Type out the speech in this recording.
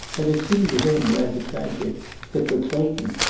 and it seemed to him rather tragic that for clayton,